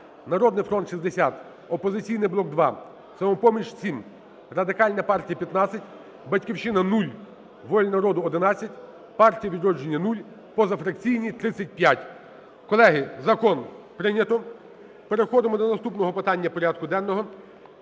"Народний фронт" – 60, "Опозиційний блок" – 2, "Самопоміч" – 7, Радикальна партія – 15, "Батьківщина" – 0, "Воля народу" - 11, "Партія "Відродження" – 0, позафракційні – 35. Колеги, закон прийнято. Переходимо до наступного питання порядку денного.